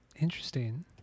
Interesting